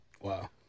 Wow